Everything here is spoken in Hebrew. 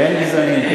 בן גזענים?